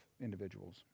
individuals